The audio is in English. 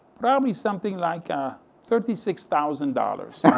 probably something like ah thirty six thousand dollars.